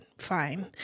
fine